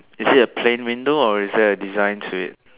is it a plain window or is there a design to it